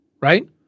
Right